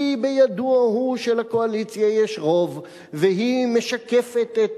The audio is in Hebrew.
כי בידוע שלקואליציה יש רוב והיא משקפת את